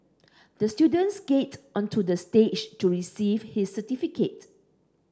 the students skated onto the stage to receive his certificate